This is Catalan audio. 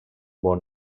bon